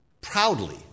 proudly